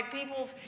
peoples